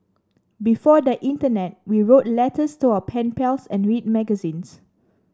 before the Internet we wrote letters to our pen pals and read magazines